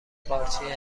قارچی